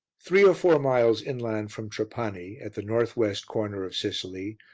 three or four miles inland from trapani, at the north-west corner of sicily,